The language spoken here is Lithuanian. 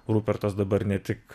rupertas dabar ne tik